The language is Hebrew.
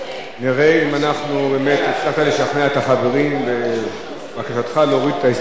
נראה אם באמת הצלחת לשכנע את החברים בבקשתך להוריד את ההסתייגויות,